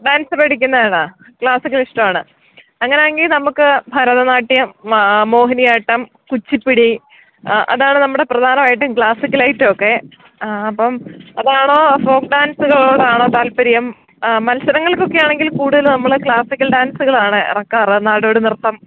dance പഠിക്കുന്നതാണോ classical ഇഷ്ടമാണ് അങ്ങനെയാണെങ്കില് നമുക്ക് ഭരതനാട്ട്യം മോഹിനിയാട്ടം കുച്ചിപ്പുടി അതാണ് പ്രധാനമായിട്ടും നമ്മുടെ ക്ലാസ്സിക്കലായിട്ടുമൊക്കെ അപ്പം അതാണോ ഫോക്ക് ഡാൻസുകളോടാണോ താല്പര്യം മത്സരങ്ങൾക്കൊക്കെയാണെങ്കിൽ കൂടുതലും നമ്മള് ക്ലാസിക്കൽ ഡാൻസുകളാണ് ഇറക്കാറ് നാടോടിനൃത്തം